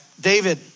David